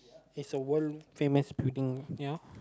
is a world famous building ya